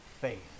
faith